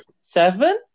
seven